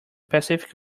pacific